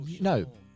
no